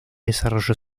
desarrolló